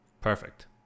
Perfect